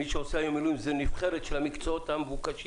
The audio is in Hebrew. מי שעושה היום מילואים זה רק הנבחרת של המקצועות המבוקשים,